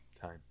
time